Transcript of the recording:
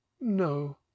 No